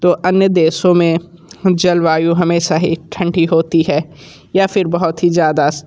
तो अन्य देशों में जलवायु हमेशा ही ठंडी होती है या फिर बहुत ही ज़्यादा